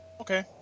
Okay